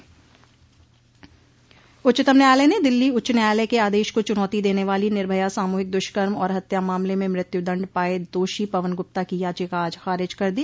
निर्भया दुष्कर्म वारंट जारी उच्चतम न्यायालय ने दिल्ली उच्च न्यायालय के आदेश को चुनौती देने वाली निर्भया सामूहिक दूष्कर्म और हत्या मामले में मृत्युदंड पाये दोषी पवन गुप्ता की याचिका आज खारिज कर दी